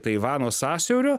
taivano sąsiaurio